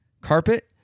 carpet